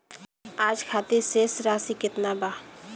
आज खातिर शेष राशि केतना बा?